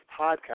Podcast